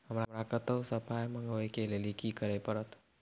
हमरा कतौ सअ पाय मंगावै कऽ लेल की करे पड़त?